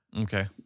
Okay